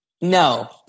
No